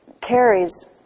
carries